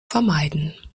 vermeiden